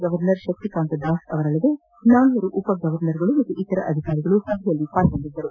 governor Shaktikanta Das ಅವರಲ್ಲದೆ ನಾಲ್ವರು ಉಪ ಗೌರ್ನರ್ ಗಳು ಮತ್ತು ಇತರ ಅಧಿಕಾರಿಗಳು ಸಭೆಯಲ್ಲಿ ಭಾಗಿಯಾಗಿದ್ದರು